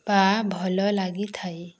ବା ଭଲ ଲାଗିଥାଏ